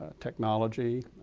technology,